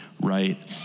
right